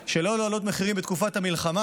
שלא להעלות מחירים בתקופת המלחמה,